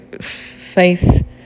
faith